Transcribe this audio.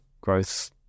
growth